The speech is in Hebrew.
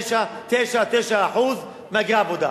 99.9999% מהגרי עבודה.